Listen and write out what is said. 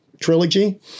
trilogy